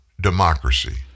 democracy